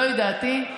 זוהי דעתי.